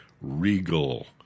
regal